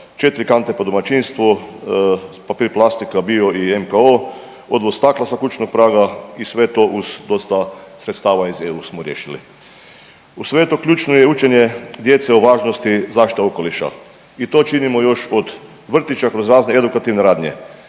4 kante po domaćinstvu papir, plastiko, bio i MKO, odvoz stakla sa kućnog stakla i sve to uz dosta sredstva iz EU smo riješili. Uz sve to ključno je i učenje djece o važnosti zaštite okoliša i to činimo još od vrtića kroz razne edukativne radnje.